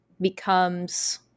becomes